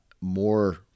more